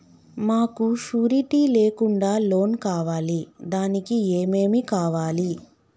మాకు షూరిటీ లేకుండా లోన్ కావాలి దానికి ఏమేమి కావాలి?